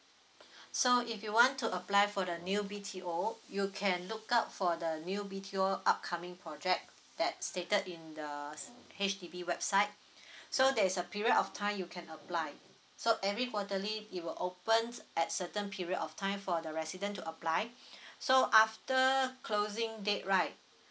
so if you want to apply for the new B_T_O you can look out for the new B_T_O upcoming project that stated in the H_D_B website so there is a period of time you can apply so every quarterly it will opens at certain period of time for the resident to apply so after closing date right